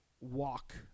walk